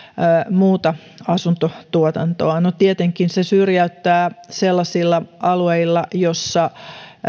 muuta asuntotuotantoa no tietenkin se syrjäyttää sellaisilla alueilla joilla